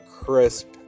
crisp